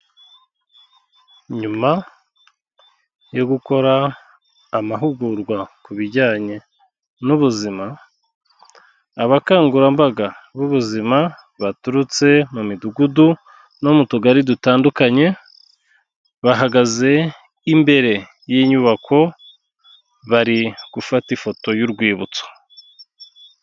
Nyuma yo gukora amahugurwa ku bijyanye n'ubuzima, abakangurambaga b'ubuzima baturutse mu midugudu no mu tugari dutandukanye, bahagaze imbere y'inyubako bari gufata ifoto y'urwibutso.